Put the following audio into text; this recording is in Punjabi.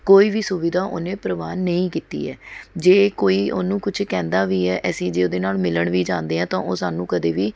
ਕੋਈ ਵੀ ਸੁਵਿਧਾ ਉਹਨੇ ਪ੍ਰਵਾਨ ਨਈ ਕੀਤੀ ਹੈ ਜੇ ਕੋਈ ਉਹਨੂੰ ਕੁਛ ਕਹਿੰਦਾ ਵੀ ਹੈ ਅਸੀਂ ਜੇ ਉਹਦੇ ਨਾਲ਼ ਮਿਲਣ ਵੀ ਜਾਂਦੇ ਹਾਂ ਤਾਂ ਉਹ ਸਾਨੂੰ ਕਦੇ ਵੀ